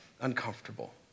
Uncomfortable